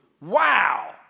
Wow